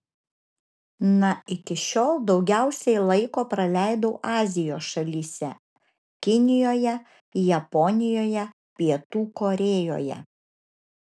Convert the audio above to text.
na iki šiol daugiausiai laiko praleidau azijos šalyse kinijoje japonijoje pietų korėjoje